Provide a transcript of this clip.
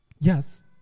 Yes